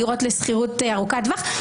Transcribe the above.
דירות לשכירות ארוכת טווח.